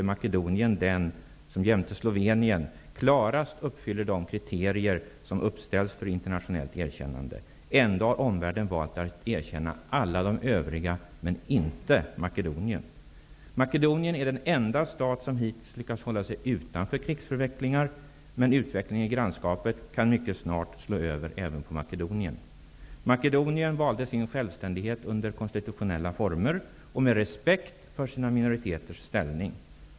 Makedonien den som jämte Slovenien klarast uppfyller de kriterier som har uppställts för internationellt erkännande. Ändå har omvärlden valt att erkänna alla de övriga, men inte Makedonien är den enda stat som hittills har lyckats hålla sig utanför krigsförvecklingar. Men utvecklingen i grannskapet kan mycket snart påverka även Makedonien. Makedonien valde sin självständighet under konstitutionella former och med respekt för sina minoriteters ställning.